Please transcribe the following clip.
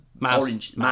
orange